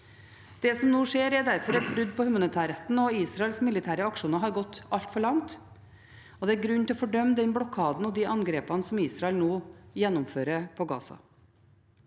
Det som nå skjer, er derfor et brudd på humanitærretten. Israels militære aksjoner har gått altfor langt, og det er grunn til å fordømme den blokaden og de angrepene som Israel nå gjennomfører på Gaza.